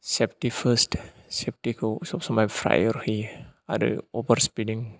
safety first safety खौ सब समाय प्रायर होयो आरो अभार स्पिदिं